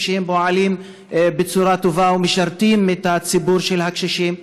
שפועלים בצורה טובה ומשרתים את הציבור של הקשישים,